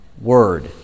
Word